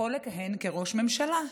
יכול לכהן כראש ממשלה?